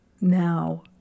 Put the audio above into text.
now